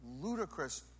ludicrous